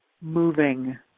moving